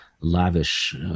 lavish